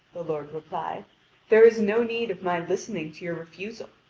the lord replied there is no need of my listening to your refusal,